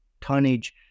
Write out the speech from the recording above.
tonnage